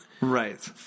Right